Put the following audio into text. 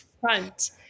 front